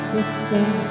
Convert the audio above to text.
sister